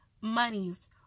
monies